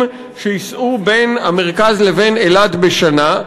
שייסעו בין המרכז לבין אילת בשנה.